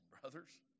brothers